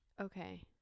okay